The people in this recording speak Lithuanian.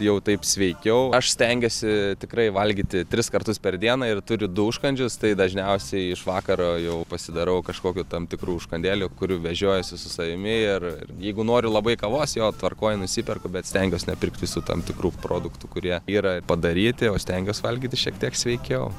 jau taip sveikiau aš stengiuosi tikrai valgyti tris kartus per dieną ir turiu du užkandžius tai dažniausiai iš vakaro jau pasidarau kažkokių tam tikrų užkandėlių kurių vežiojuosiu su savimi ir jeigu noriu labai kavos jo tvarkoj nusiperku bet stengiuosi nepirkt visų tam tikrų produktų kurie yra padaryti o stengiuosi valgyti šiek tiek sveikiau